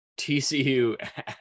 TCU